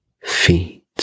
feet